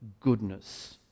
goodness